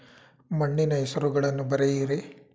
ಮಣ್ಣಿನ ಹೆಸರುಗಳನ್ನು ಬರೆಯಿರಿ